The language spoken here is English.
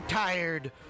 tired